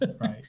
Right